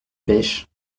pêches